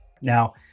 now